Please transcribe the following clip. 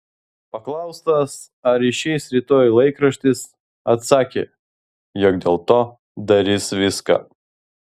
paklaustas ar išeis rytoj laikraštis atsakė jog dėl to darys viską